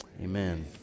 Amen